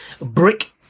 Brick